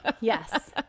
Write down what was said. Yes